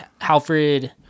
Alfred